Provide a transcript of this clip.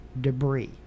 debris